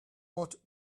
ought